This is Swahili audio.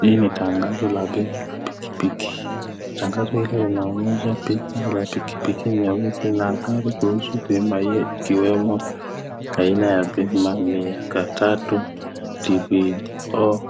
Hii ni tangazo la bima la pikipiki. Tangazo hili linaonyesha picha la pikipiki nyeusi na habari kuhusu bima hiyo ikiwemo aina ya bima ya miaka tatu ,TPO